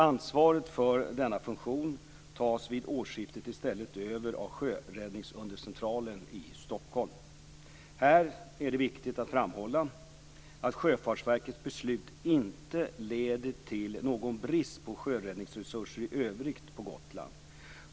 Ansvaret för denna funktion tas vid årsskiftet i stället över av sjöräddningsundercentralen i Här är det viktigt att framhålla att Sjöfartsverkets beslut inte leder till någon brist på sjöräddningsresurser i övrigt på Gotland.